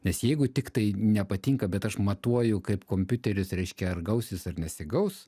nes jeigu tiktai nepatinka bet aš matuoju kaip kompiuteris reiškia ar gausis ar nesigaus